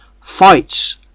fights